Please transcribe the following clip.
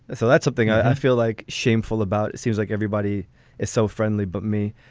and so that's something i feel like shameful about. seems like everybody is so friendly but me,